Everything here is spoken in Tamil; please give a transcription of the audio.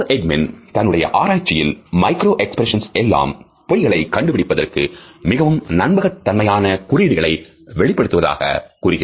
Paul Ekman தன்னுடைய ஆராய்ச்சியில் மைக்ரோ எக்ஸ்பிரஷன் எல்லாம் பொய்களை கண்டுபிடிப்பதற்கு மிகவும் நம்பகத்தன்மையான குறியீடுகளை வெளிப்படுத்துவதாக கூறுகிறார்